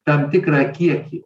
tam tikrą kiekį